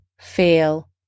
feel